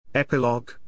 Epilogue